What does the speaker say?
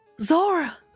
Zora